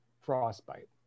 frostbite